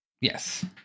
yes